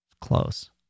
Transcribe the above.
Close